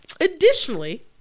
Additionally